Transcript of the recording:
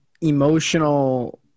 emotional